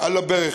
על הברך.